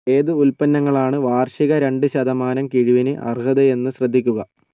ഏത് ഉൽപ്പന്നങ്ങളാണ് വാർഷിക രണ്ട് ശതമാനം കിഴിവിന് അർഹതയെന്ന് ശ്രദ്ധിക്കുക